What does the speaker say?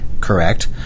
correct